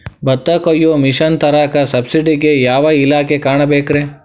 ಭತ್ತ ಕೊಯ್ಯ ಮಿಷನ್ ತರಾಕ ಸಬ್ಸಿಡಿಗೆ ಯಾವ ಇಲಾಖೆ ಕಾಣಬೇಕ್ರೇ?